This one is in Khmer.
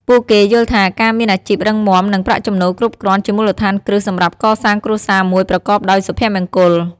ពួកគេយល់ថាការមានអាជីពរឹងមាំ និងប្រាក់ចំណូលគ្រប់គ្រាន់ជាមូលដ្ឋានគ្រឹះសម្រាប់កសាងគ្រួសារមួយប្រកបដោយសុភមង្គល។